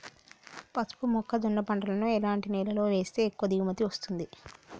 పసుపు మొక్క జొన్న పంటలను ఎలాంటి నేలలో వేస్తే ఎక్కువ దిగుమతి వస్తుంది?